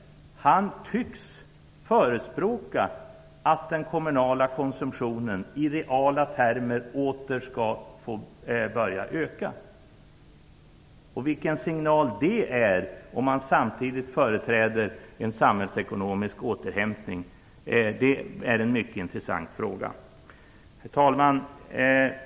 Han tycks förespråka att den kommunala konsumtionen i reala termer åter skall börja öka. Vilken signal det ger, om man samtidigt företräder en samhällsekonomisk återhämtning, är en mycket intressant fråga. Herr talman!